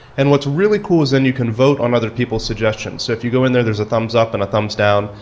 and what's really cool is then you can vote on other peoples' suggestions. so if you go in there, there's a thumbs up and a thumbs down.